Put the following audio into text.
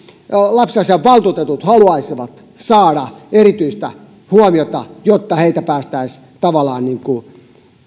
lapsiasiavaltuutetut haluaisivat saada erityistä huomiota jotta heitä päästäisiin tavallaan